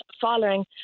following